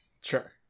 Sure